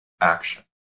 action